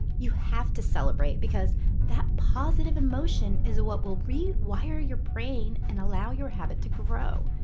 you have to celebrate because that positive emotion is a what will rewire your brain and allow your habit to grow.